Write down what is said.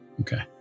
Okay